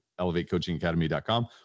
elevatecoachingacademy.com